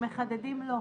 לא, אנחנו מחדדים לו.